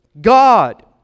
God